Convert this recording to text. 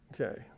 okay